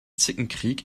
zickenkrieg